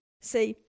See